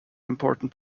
important